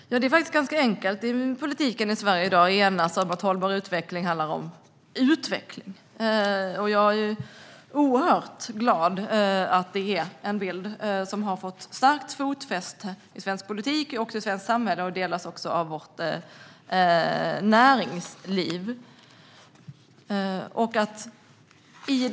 Herr talman! Det är faktiskt ganska enkelt. I svensk politik är vi i dag eniga om att hållbar utveckling handlar om just utveckling. Jag är oerhört glad att denna bild har fått starkt fotfäste i svensk politik och i det svenska samhället. Den delas också av näringslivet.